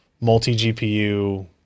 multi-GPU